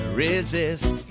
resist